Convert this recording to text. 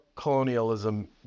colonialism